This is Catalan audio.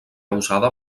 usada